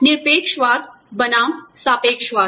निरपेक्षवाद बनाम सापेक्षवाद